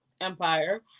Empire